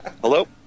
Hello